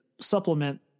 supplement